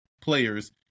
players